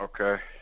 Okay